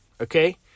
okay